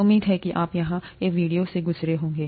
उम्मीद है कि आप यहां के वीडियो से गुजरे होंगे